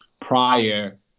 prior